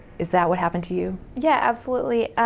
is that what happened to you? yeah, absolutely.